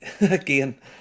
again